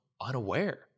unaware